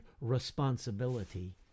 responsibility